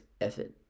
effort